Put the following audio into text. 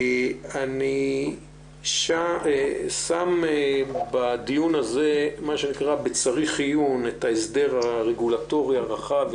אני שם בדיון הזה מה שנקרא ב"צריך עיון" את ההסדר הרגולטורי הרחב,